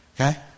Okay